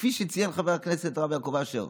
כפי שציין חבר הכנסת הרב יעקב אשר,